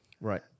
Right